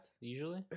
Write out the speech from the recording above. usually